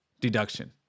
deduction